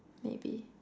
maybe